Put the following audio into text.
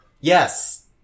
Yes